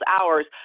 hours